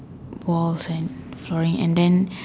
walls and throwing and then